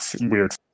weird